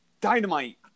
Dynamite